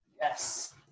Yes